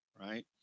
Right